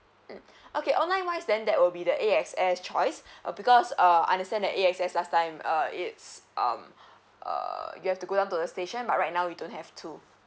mm okay online wise then that will be the A_X_S choice uh because uh understand that A_X_S last time uh it's um uh you have to go down to the station but right now we don't have to